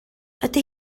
ydy